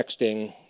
texting